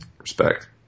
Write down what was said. Respect